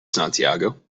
santiago